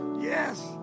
yes